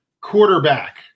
quarterback